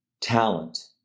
talent